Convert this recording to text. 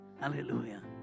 Hallelujah